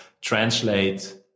translate